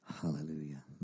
Hallelujah